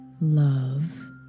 love